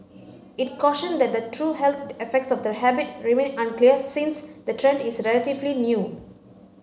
it cautioned that the true health effects of the habit remain unclear since the trend is relatively new